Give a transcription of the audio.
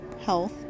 Health